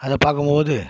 அதை பார்க்கும் போது